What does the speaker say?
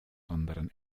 anderen